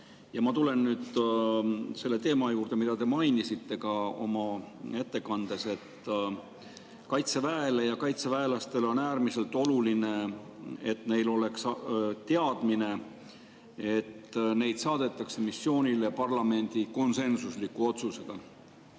Ma tulen selle teema juurde, mida te mainisite ka oma ettekandes: Kaitseväele ja kaitseväelastele on äärmiselt oluline, et neil oleks teadmine, et nad saadetakse missioonile parlamendi konsensusliku otsusega.